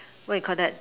we Call that the